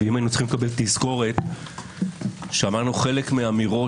אם היינו צריכים לקבל תזכורת שמענו חלק מהאמירות